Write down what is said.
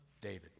David